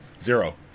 zero